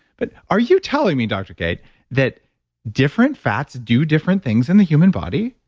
but are you telling me dr. cate that different fats do different things in the human body?